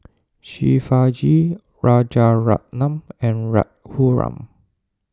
Shivaji Rajaratnam and Raghuram